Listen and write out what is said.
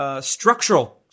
Structural